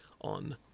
on